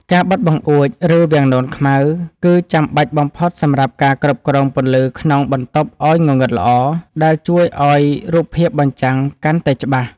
ការបិទបង្អួច ឬវាំងននខ្មៅ គឺចាំបាច់បំផុតសម្រាប់ការគ្រប់គ្រងពន្លឺក្នុងបន្ទប់ឱ្យងងឹតល្អ ដែលជួយឱ្យរូបភាពបញ្ចាំងកាន់តែច្បាស់។